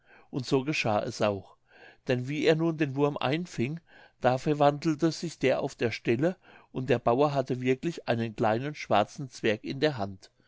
und so geschah es auch denn wie er nun den wurm einfing da verwandelte sich der auf der stelle und der bauer hatte wirklich einen kleinen schwarzen zwerg in der hand